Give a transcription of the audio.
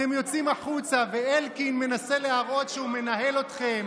אתם יוצאים החוצה ואלקין מנסה להראות שהוא מנהל אתכם: